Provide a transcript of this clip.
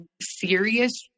serious